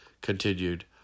continued